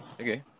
okay